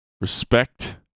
respect